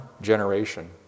generation